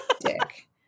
dick